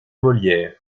molière